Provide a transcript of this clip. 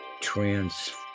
trans